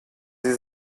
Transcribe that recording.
sie